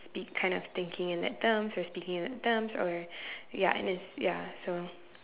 speak kind of thinking in that terms we're speaking in that terms or ya and it's ya so